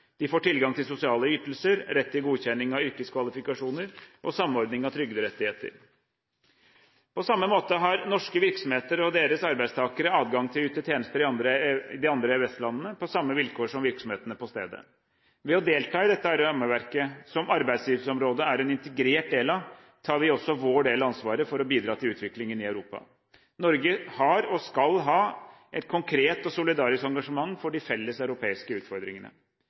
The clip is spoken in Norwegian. De får tilgang til sosiale ytelser, rett til godkjenning av yrkeskvalifikasjoner og samordning av trygderettigheter. På samme måte har norske virksomheter og deres arbeidstakere adgang til å yte tjenester i de andre EØS-landene – på samme vilkår som virksomhetene på stedet. Ved å delta i dette rammeverket, som arbeidslivsområdet er en integrert del av, tar vi også vår del av ansvaret for å bidra til utviklingen i Europa. Norge har – og skal ha – et konkret og solidarisk engasjement for de felles europeiske utfordringene.